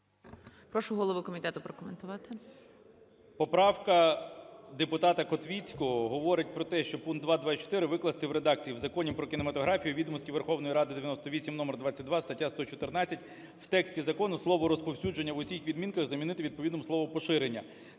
Прошу голову комітету прокоментувати.